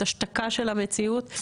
השתקה של המציאות,